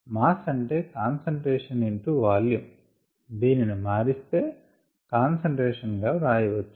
mass అంటే concentration into volume దీనిని మారిస్తే కాన్సంట్రేషన్ గా వ్రాయవచ్చు